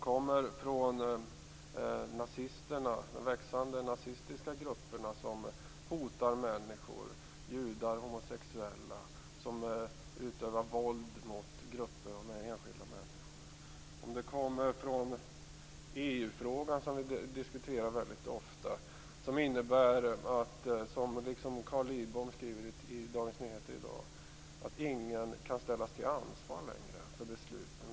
Kommer det från de växande nazistiska grupperna som hotar människor, t.ex. judar och homosexuella, och som utövar våld mot grupper av enskilda människor? Kommer det från EU-frågan, som vi diskuterar väldigt ofta och som, vilket Carl Lidbom skriver i Dagens Nyheter i dag, innebär att ingen längre kan ställas till ansvar för besluten?